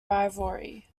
rivalry